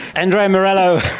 andrea morello,